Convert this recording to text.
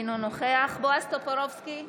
אינו נוכח בועז טופורובסקי,